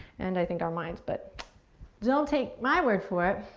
and, i think, our minds, but don't take my word for it.